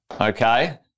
okay